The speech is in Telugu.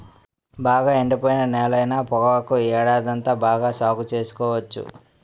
బాగా ఎండిపోయిన నేలైన పొగాకు ఏడాదంతా బాగా సాగు సేసుకోవచ్చు